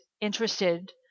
interested